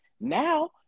Now